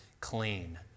clean